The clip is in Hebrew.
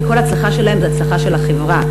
כי כל הצלחה שלהם זו הצלחה של החברה.